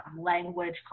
language